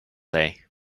day